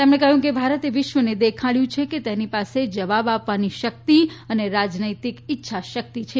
તેમણે કહ્યું કે ભારતે વિશ્વને દેખાડ્યું છે કે તેની પાસે જવાબ આપવાની શક્તિ અને રાજનૈતિક ઇચ્છાશક્તિ છે